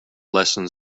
lesson